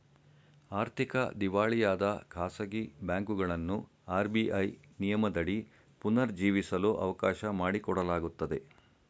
ಆರ್ಥಿಕ ದಿವಾಳಿಯಾದ ಖಾಸಗಿ ಬ್ಯಾಂಕುಗಳನ್ನು ಆರ್.ಬಿ.ಐ ನಿಯಮದಡಿ ಪುನರ್ ಜೀವಿಸಲು ಅವಕಾಶ ಮಾಡಿಕೊಡಲಾಗುತ್ತದೆ